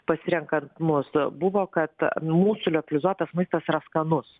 pasirenkant mus buvo kad mūsų liofelizuotas maistas yra skanus